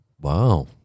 wow